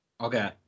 Okay